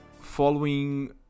following